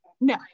No